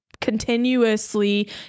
continuously